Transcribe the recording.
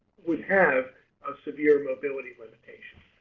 would have a severe mobility limitation.